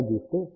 7 కన్నా ఎక్కువ